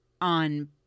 on